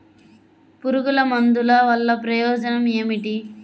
పురుగుల మందుల వల్ల ప్రయోజనం ఏమిటీ?